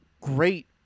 great